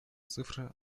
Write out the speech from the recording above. цифры